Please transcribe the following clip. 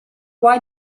why